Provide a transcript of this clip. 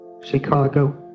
Chicago